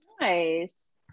Nice